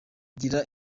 gira